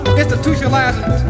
institutionalizing